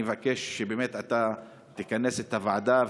אני אבקש שתכנס את הוועדה,